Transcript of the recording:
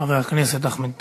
חבר הכנסת אחמד טיבי.